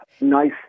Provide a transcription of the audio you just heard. nice